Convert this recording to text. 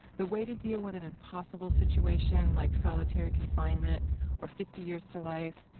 the way to deal with an impossible situation like solitary confinement or fifty years to life,